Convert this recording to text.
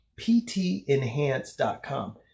ptenhance.com